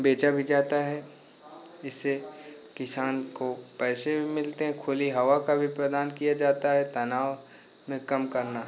बेचा भी जाता है इससे किसान को पैसे भी मिलते हैं खुली हवा का भी प्रदान किया जाता है तनाव में कम करना